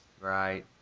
Right